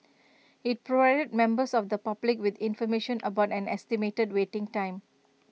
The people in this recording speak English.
IT provided members of the public with information about an estimated waiting time